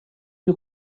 you